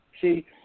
See